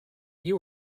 you